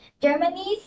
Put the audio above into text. Germany's